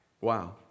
Wow